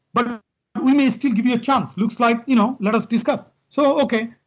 but we may still give you a chance. looks like you know let us discuss. so okay.